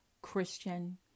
Christian